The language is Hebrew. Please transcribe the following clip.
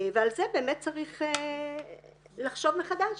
ועל זה באמת צריך לחשוב מחדש.